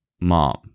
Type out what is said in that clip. mom